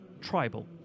tribal